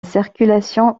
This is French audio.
circulation